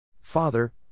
Father